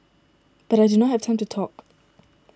but I do not have time to talk